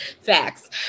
Facts